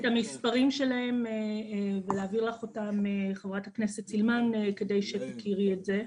המספרים שלהם ולהעביר לך אותם כדי שתכירי את זה.